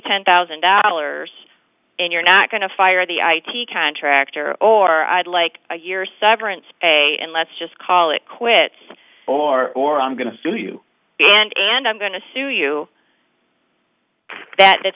ten thousand dollars and you're not going to fire the i t contractor or i'd like a year severance pay and let's just call it quits or or i'm going to sue you and and i'm going to sue you that th